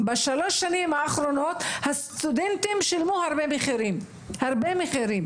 ב-3 שנים האחרונות הסטודנטים שילמו הרבה מחירים כבדים.